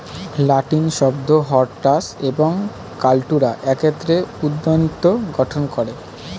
লাতিন শব্দ হরটাস এবং কাল্টুরা একত্রে উদ্যানতত্ত্ব গঠন করে